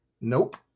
Nope